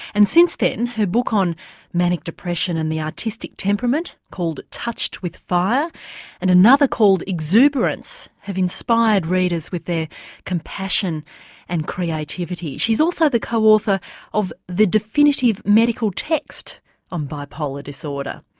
and since then her book on manic depression and the artistic temperament called touched with fire and another called exuberance have inspired readers with their compassion and creativity. she's also the co-author of the definitive medical text on bipolar disorder.